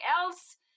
else